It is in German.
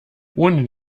ohne